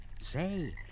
Say